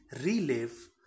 relive